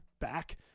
back